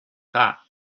that